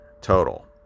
total